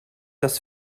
das